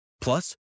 Plus